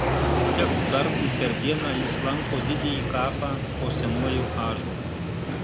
kiek kartų per dieną jis lanko didįjį kapą po senuoju ąžuolu